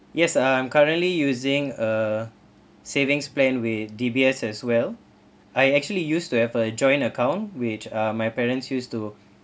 yes I'm currently using a savings plan with D_B_S as well I actually used to have a joint account which uh my parents used to